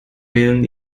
wählen